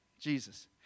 Jesus